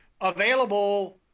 available